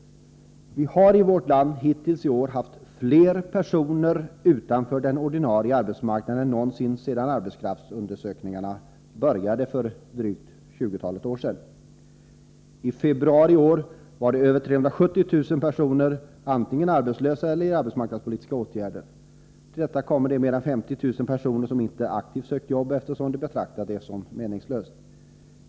Vi har i vårt land hittills i år haft fler personer utanför den ordinarie arbetsmarknaden än någonsin sedan arbetskraftsundersökningarna började för drygt 20 år sedan. I februari i år var över 370 000 personer antingen arbetslösa eller föremål för arbetsmarknadspolitiska åtgärder. Till detta kommer de mer än 50 000 personer som inte aktivt sökt jobb, eftersom de betraktar det som meningslöst.